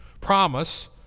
promise